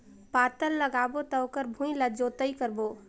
पातल लगाबो त ओकर भुईं ला जोतई करबो?